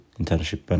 internship